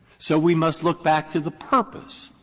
so we must look back to the purpose,